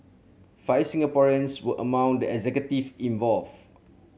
five Singaporeans were among the executive involved